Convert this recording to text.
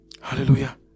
Hallelujah